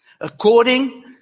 According